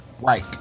right